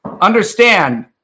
Understand